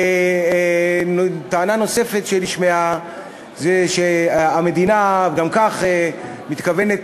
טענה נוספת שנשמעה זה שהמדינה גם כך מתכוונת